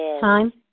Time